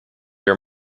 your